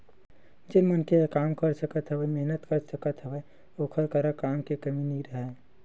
जेन मनखे ह काम कर सकत हवय, मेहनत कर सकत हवय ओखर करा काम के कमी नइ राहय